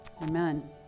Amen